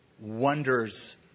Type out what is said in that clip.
wonders